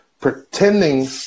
pretending